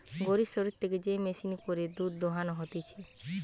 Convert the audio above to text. গরুর শরীর থেকে যে মেশিনে করে দুধ দোহানো হতিছে